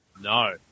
No